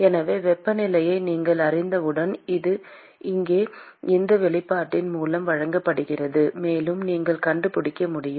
எனவே வெப்பநிலையை நீங்கள் அறிந்தவுடன் இது இங்கே இந்த வெளிப்பாட்டின் மூலம் வழங்கப்படுகிறது மேலும் நீங்கள் கண்டுபிடிக்க முடியும்